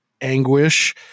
anguish